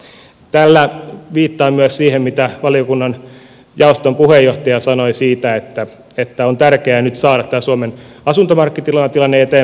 tällä viittaan myös siihen mitä valiokunnan jaoston puheenjohtaja sanoi siitä että on tärkeää nyt saada tämä suomen asuntomarkkinatilanne eteenpäin